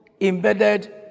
embedded